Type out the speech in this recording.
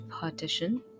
partition